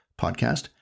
podcast